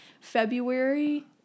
February